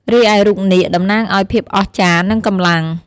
រីឯរូបនាគ តំណាងឱ្យ ភាពអស្ចារ្យ និងកម្លាំង។